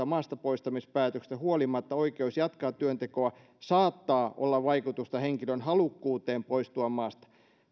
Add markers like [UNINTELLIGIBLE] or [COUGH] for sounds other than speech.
[UNINTELLIGIBLE] maastapoistamispäätöksestä huolimatta oikeus jatkaa työntekoa saattaa olla vaikutusta henkilön halukkuuteen poistua maasta